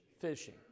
Fishing